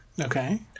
Okay